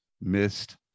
missed